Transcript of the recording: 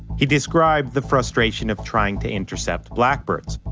he described the frustration of trying to intercept blackbirds.